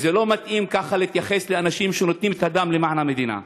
ולא מתאים להתייחס ככה לאנשים שנותנים את הדם למען המדינה.